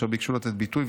אשר ביקשו לתת ביטוי,